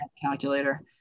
calculator